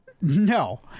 No